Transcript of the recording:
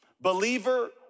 believer